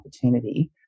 opportunity